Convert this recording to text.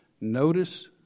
Notice